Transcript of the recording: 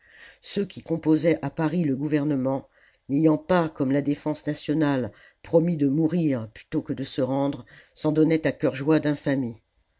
ceux qui composaient à paris le gouvernement n'ayant pas comme la défense nationale promis de mourir plutôt que de se rendre s'en donnaient à cœur joie